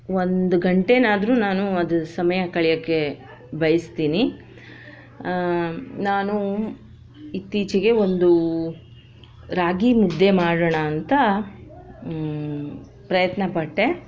ಒಂದು ಗಂಟೆನಾದ್ರೂ ನಾನು ಅದು ಸಮಯ ಕಳೆಯೋಕ್ಕೆ ಬಯಸ್ತೀನಿ ನಾನು ಇತ್ತೀಚಿಗೆ ಒಂದು ರಾಗಿ ಮುದ್ದೆ ಮಾಡೋಣ ಅಂತ ಪ್ರಯತ್ನಪಟ್ಟೆ